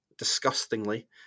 disgustingly